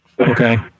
Okay